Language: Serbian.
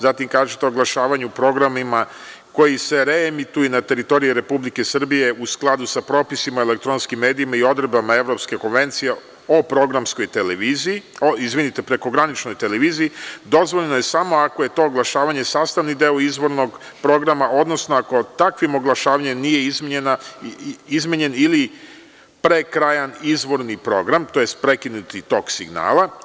Zatim kažete – oglašavanje u programima koji se reemituju na teritoriji Republike Srbije u skladu sa propisima o elektronskim medijima i odredbama Evropske konvencije o prekograničnoj televiziji dozvoljeno je samo ako je to oglašavanje sastavni deo izvornog programa, odnosno ako takvim oglašavanjem nije izmenjen ili prekrajan izvorni program, tj. prekinut tok signala.